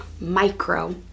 micro